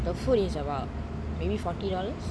the food is about maybe forty dollars